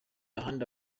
ahandi